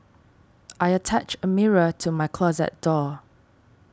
I attached a mirror to my closet door